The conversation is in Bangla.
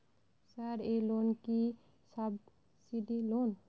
স্যার এই লোন কি সাবসিডি লোন?